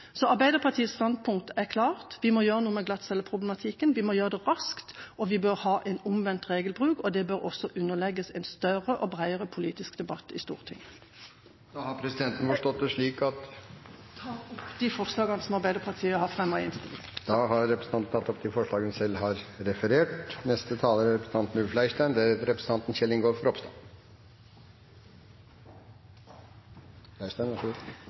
Så Arbeiderpartiets standpunkt er klart: Vi må gjøre noe med glattcelleproblematikken, vi må gjøre det raskt, vi bør ha en omvendt regelbruk, og det bør også underlegges en større og bredere politisk debatt i Stortinget. Med dette vil jeg ta opp de forslagene som Arbeiderpartiet har fremmet i innstillinga. Representanten Kari Henriksen har tatt opp de forslagene hun refererte til. La meg aller først få takke saksordføreren som har loset saken igjennom på en god